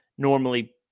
normally